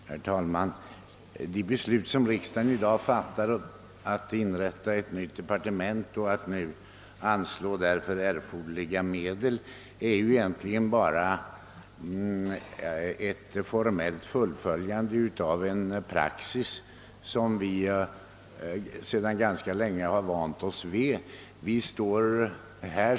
Herr talman! Det beslut som riksdagen i dag kommer att fatta om inrättande av ett nytt departement och att anslå erforderliga medel härför är egentligen bara ett formellt fullföljande av en praxis som vi sedan ganska länge har vant oss vid.